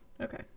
Okay